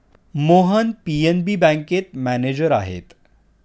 Mohan PNB बँकेत manager आहेत